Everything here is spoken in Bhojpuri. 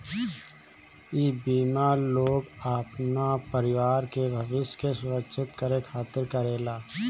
इ बीमा लोग अपना परिवार के भविष्य के सुरक्षित करे खातिर करेला